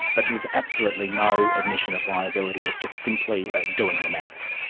but is absolutely no admission of liability, it's just simply doing the maths.